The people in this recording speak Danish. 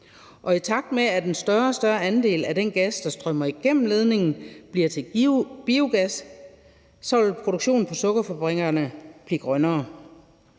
og i takt med at en større og større andel af den gas, der strømmer igennem ledningen, bliver til biogas, så vil produktionen på sukkerfabrikkerne blive grønnere.